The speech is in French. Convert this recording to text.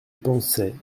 pensait